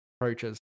approaches